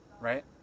Right